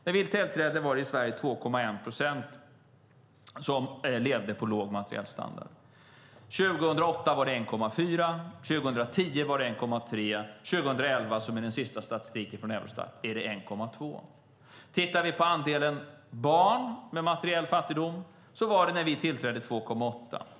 När vi tillträdde var det 2,1 procent i Sverige som levde på låg materiell standard. År 2008 var det 1,4, år 2010 var det 1,3, år 2011 enligt den senaste statistiken från Eurostat var det 1,2. Andelen barn med materiell fattigdom var när vi tillträdde 2,8 procent.